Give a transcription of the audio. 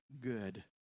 good